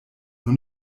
nur